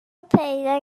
پیدا